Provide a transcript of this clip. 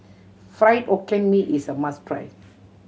Fried Hokkien Mee is a must try